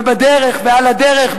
ובדרך ועל הדרך,